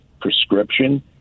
prescription